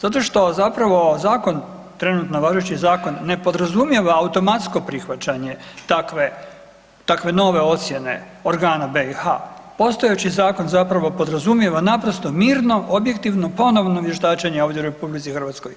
Zato što zapravo zakon trenutno važeći zakon, ne podrazumijeva automatsko prihvaćanje takve nove ocjene organa BiH, postojeći zakon zapravo podrazumijeva naprosto mirno, objektivno ponovno vještačenje ovdje u RH.